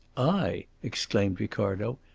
i! exclaimed ricardo.